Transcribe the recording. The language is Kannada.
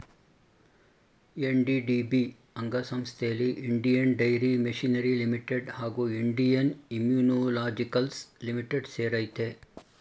ಎನ್.ಡಿ.ಡಿ.ಬಿ ಅಂಗಸಂಸ್ಥೆಲಿ ಇಂಡಿಯನ್ ಡೈರಿ ಮೆಷಿನರಿ ಲಿಮಿಟೆಡ್ ಹಾಗೂ ಇಂಡಿಯನ್ ಇಮ್ಯುನೊಲಾಜಿಕಲ್ಸ್ ಲಿಮಿಟೆಡ್ ಸೇರಯ್ತೆ